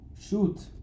Shoot